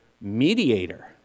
mediator